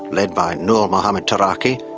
led by nur muhammed taraki,